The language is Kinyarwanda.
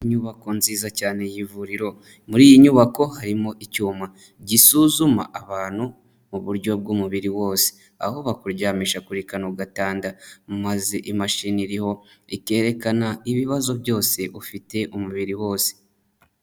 Inyubako nziza cyane y'ivuriro, muri iyi nyubako harimo icyuma gisuzuma abantu mu buryo bw'umubiri wose, aho bakuryamisha kuri kano gatanda maze imashini iriho ikerekana ibibazo byose ufite umubiri wose.